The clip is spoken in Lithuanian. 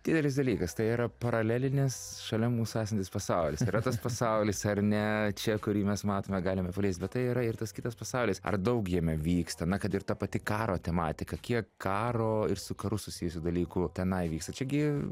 didelis dalykas tai yra paralelinis šalia mūsų esantis pasaulis yra tas pasaulis ar ne čia kurį mes matome galime paliest bet tai yra ir tas kitas pasaulis ar daug jame vyksta na kad ir ta pati karo tematika kiek karo ir su karu susijusių dalykų tenai vyksta čia gi